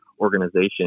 organization